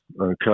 okay